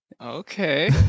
Okay